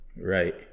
Right